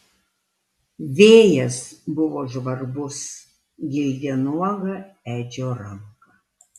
vėjas buvo žvarbus gildė nuogą edžio ranką